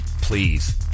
Please